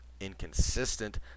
inconsistent